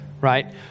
right